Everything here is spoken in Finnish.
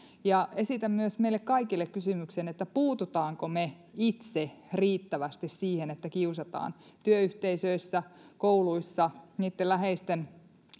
ja esitän myös meille kaikille kysymyksen että puutummeko me itse riittävästi siihen että kiusataan työyhteisöissä kouluissa niitten läheisten